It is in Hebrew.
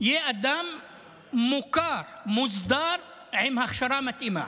יהיה אדם מוכר, מוסדר עם הכשרה מתאימה.